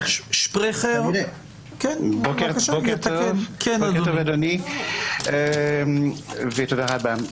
בוקר טוב אדוני ותודה רבה.